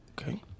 Okay